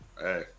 Hey